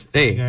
Hey